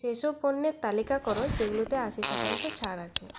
সেই সব পণ্যের তালিকা করো যেগুলোতে আশি শতাংশ ছাড় আছে